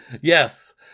Yes